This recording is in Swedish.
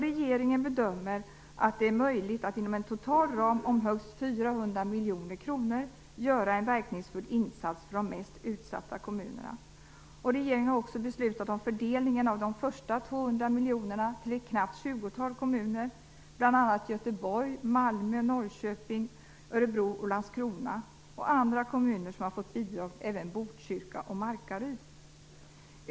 Regeringen bedömer att det är möjligt att inom en total ram om högst 400 miljoner kronor göra en verkningsfull insats för de mest utsatta kommunerna. Regeringen har också beslutat om fördelningen av de första 200 miljonerna till ett knappt tjugotal kommuner, bl.a. Göteborg, Malmö, Norrköping, Örebro och Landskrona kommuner. Andra kommuner som fått bidrag är även Botkyrka och Markaryd.